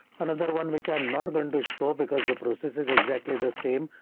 another one which i'm not going to show because the process is exactly the same,